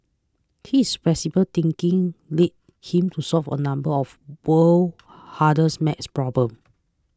his flexible thinking led him to solve a number of the world's hardest maths problems